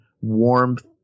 warmth